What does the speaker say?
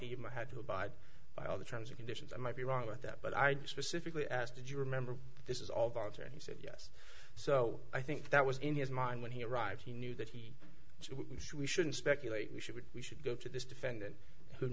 he might have to abide by all the terms of conditions i might be wrong with that but i do specifically ask did you remember this is all voluntary he said so i think that was in his mind when he arrived he knew that he should we shouldn't speculate we should we should go after this defendant who